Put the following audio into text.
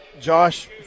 Josh